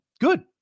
good